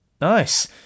Nice